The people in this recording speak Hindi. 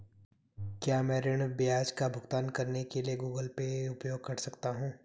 क्या मैं ऋण ब्याज का भुगतान करने के लिए गूगल पे उपयोग कर सकता हूं?